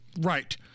Right